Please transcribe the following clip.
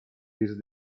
this